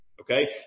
okay